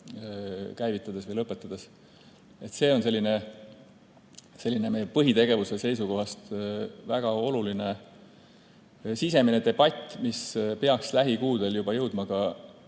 käivitades või lõpetades. See on meie põhitegevuse seisukohast väga oluline sisemine debatt, mis peaks lähikuudel juba jõudma ka